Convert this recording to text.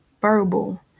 verbal